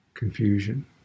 Confusion